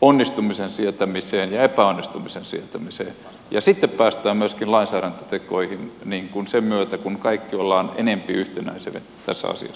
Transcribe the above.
onnistumisen sietämiseen ja epäonnistumisen sietämiseen ja sitten päästään myöskin lainsäädäntötekoihin sen myötä kun kaikki ollaan enempi yhtenäisiä tässä asiassa